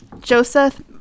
Joseph